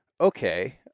okay